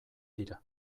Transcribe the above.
dira